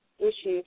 issues